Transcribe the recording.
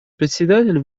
председатель